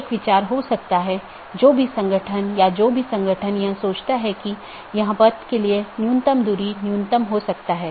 इसका मतलब है कि कौन से पोर्ट और या नेटवर्क का कौन सा डोमेन आप इस्तेमाल कर सकते हैं